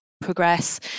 progress